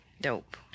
dope